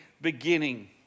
beginning